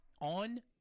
on